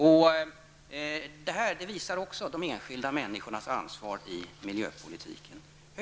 Detta visar också vilket ansvar de enskilda människorna har för miljöpolitiken.